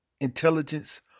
intelligence